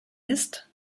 ist